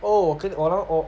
oh 我跟你 orh 那个 orh